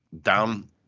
down